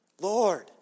Lord